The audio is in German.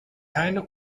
keine